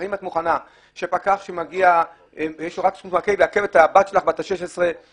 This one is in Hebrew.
האם את מוכנה שפקח יעכב את הבת שלך בת ה-15 באוטובוס?